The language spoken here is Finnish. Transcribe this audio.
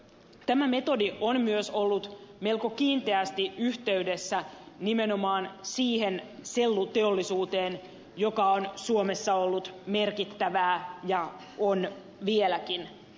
tämä metodi on myös ollut melko kiinteästi yhteydessä nimenomaan siihen selluteollisuuteen joka on suomessa ollut merkittävää ja on vieläkin